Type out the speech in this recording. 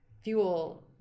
fuel